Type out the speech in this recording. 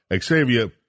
Xavier